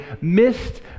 missed